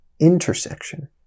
intersection